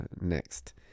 next